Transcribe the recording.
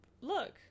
look